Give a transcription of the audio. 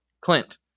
Clint